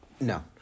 No